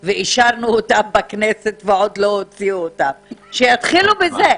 ואישרנו אותם בכנסת ועוד לא הוציאו אותם שיתחילו בזה.